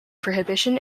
prohibition